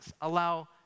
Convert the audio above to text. Allow